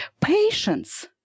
patience